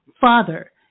father